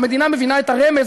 המדינה מבינה את הרמז,